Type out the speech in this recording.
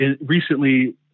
recently